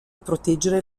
proteggere